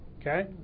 okay